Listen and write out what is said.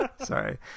Sorry